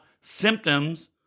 symptoms